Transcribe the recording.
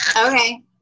Okay